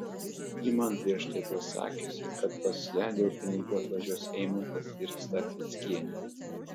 ji man prieš tai buvo sakiusi kad pas ją dėl pinigų atvažiuos eimantas ir stafeckienė